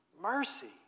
mercy